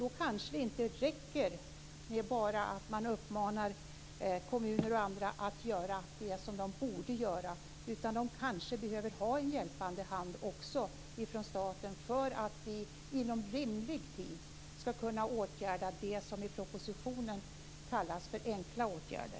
Då kanske det inte räcker med att bara uppmana kommuner och andra att göra det som de borde göra. De behöver kanske också ha en hjälpande hand från staten för att vi inom rimlig tid ska kunna vidta det som i propositionen kallas för enkla åtgärder.